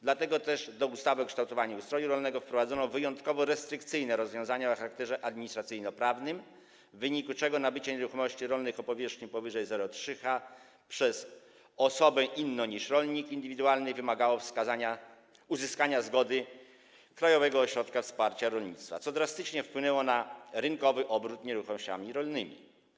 Dlatego też do ustawy o kształtowaniu ustroju rolnego wprowadzono wyjątkowo restrykcyjne rozwiązania o charakterze administracyjno-prawnym, w wyniku czego nabycie nieruchomości rolnych o powierzchni powyżej 0,3 ha przez osobę inną niż rolnik indywidualny wymagało wskazania, uzyskania zgody Krajowego Ośrodka Wsparcia Rolnictwa, co drastycznie wpłynęło na rynkowy obrót nieruchomościami rolnymi.